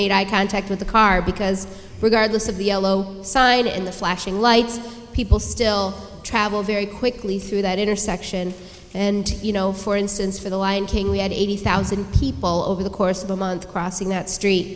made eye contact with the car because regardless of the yellow side in the flashing lights people still travel very quickly through that intersection and you know for instance for the lion king we had eighty thousand people over the course of a month crossing that street